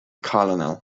colonel